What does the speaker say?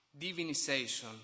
divinization